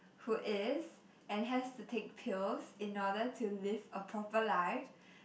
who is and has to take pills in order to live a proper life